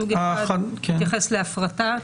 סוג אחד מתייחס להפרטה,